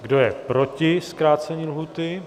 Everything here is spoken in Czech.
Kdo je proti zkrácení lhůty?